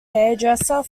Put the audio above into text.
hairdresser